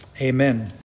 Amen